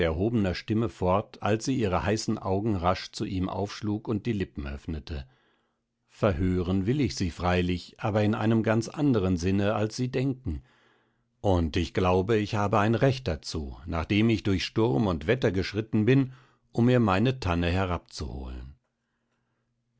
erhobener stimme fort als sie ihre heißen augen rasch zu ihm aufschlug und die lippen öffnete verhören will ich sie freilich aber in einem ganz anderen sinne als sie denken und ich glaube ich habe ein recht dazu nachdem ich durch sturm und wetter geschritten bin um mir meine tanne herabzuholen